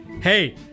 Hey